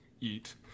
Eat